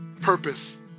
purpose